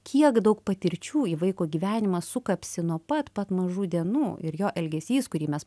kiek daug patirčių į vaiko gyvenimą sukapsi nuo pat pat mažų dienų ir jo elgesys kurį mes